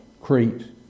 Crete